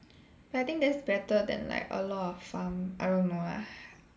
but I think that's better than like a lot of pharm I don't know lah